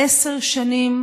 עשר שנים,